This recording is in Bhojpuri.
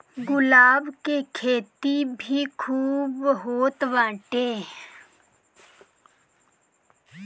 गुलाब के खेती भी खूब होत बाटे